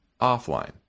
offline